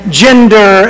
gender